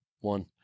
One